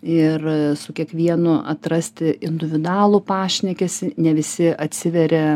ir su kiekvienu atrasti individualų pašnekesį ne visi atsiveria